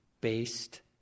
based